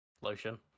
lotion